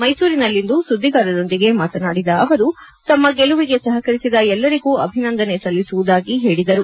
ಮೈಸೂರಿನಲ್ಲಿಂದು ಸುದ್ದಿಗಾರರೊಂದಿಗೆ ಮಾತನಾಡಿದ ಅವರು ತಮ್ಮ ಗೆಲುವಿಗೆ ಸಹಕರಿಸಿದ ಎಲ್ಲರಿಗೂ ಅಭಿನಂದನೆ ಸಲ್ಲಿಸುವುದಾಗಿ ಹೇಳಿದರು